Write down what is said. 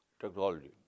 technology